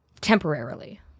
temporarily